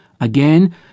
Again